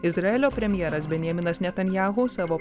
izraelio premjeras benjaminas netanyahu savo